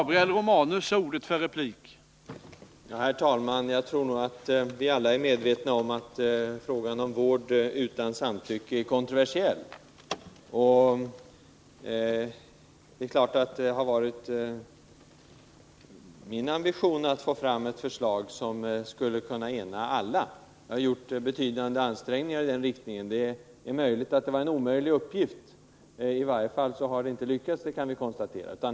Herr talman!-Vi är alla medvetna om att frågan om vård utan samtycke är kontroversiell. Det har givetvis varit min ambition att få fram ett förslag som skulle kunna ena alla. Jag har gjort betydande ansträngningar i den riktningen. Uppgiften var kanske omöjlig — i varje fall har det inte lyckats, det kan vi konstatera.